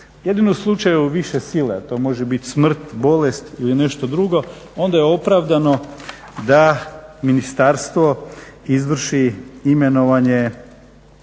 Jedino u slučaju više sile, a to može biti smrt, bolest ili nešto drugo onda je opravdano da ministarstvo izvrši imenovanje